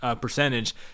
percentage